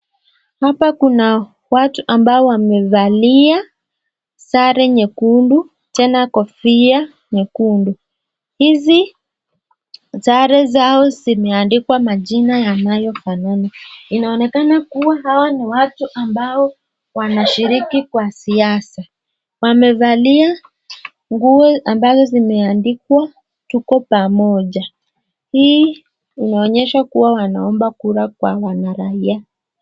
Hapa kuna watu ambao wamevalia sare nyekundu, tena kofia nyekundu. Hizi sare zao zimeandikwa majina yanayofanana. Inaonekana kuwa hawa ni watu ambao wanashiriki kwa siasa. Wamevalia nguo ambazo zimeandikwa "Tuko Pamoja". Hii inaonyesha kuwa wanaomba kura kwa wanaraia.